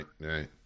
right